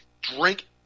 Drink